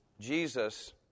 Jesus